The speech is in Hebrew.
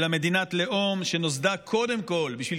אלא מדינת לאום שנוסדה קודם כול בשביל